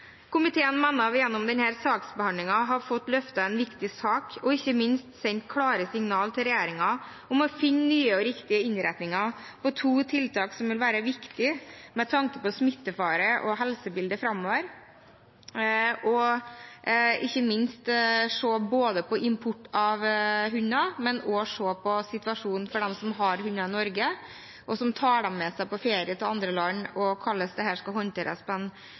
Komiteen mener at vi gjennom denne saksbehandlingen har fått løftet en viktig sak og ikke minst sendt klare signaler til regjeringen om å finne nye og riktige innretninger på to tiltak som vil være viktige med tanke på smittefare og helsebildet framover, og ikke minst se på både importen av hunder og situasjonen for dem som har hunder i Norge, og som tar dem med seg på ferie til andre land, og hvordan dette skal håndteres